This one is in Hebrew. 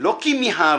לא כי מיהרנו